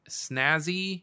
snazzy